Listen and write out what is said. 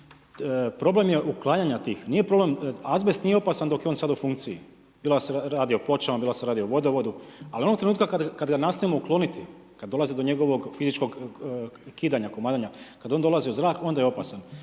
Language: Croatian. problem je uklanjanja tih. Nije problem, azbest nije opasan dok je on sada u funkciji bilo da se radi o pločama, bilo da se radi o vodovodu. Ali onog trenutka kada ga nastojimo ukloniti, kada dolazi do njegovog fizičkog kidanja, komadanja, kada on dolazi u zrak, onda je opasan.